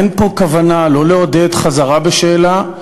אין פה כוונה, לא לעודד חזרה בשאלה,